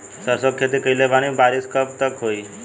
सरसों के खेती कईले बानी बारिश कब तक होई?